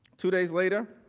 two days later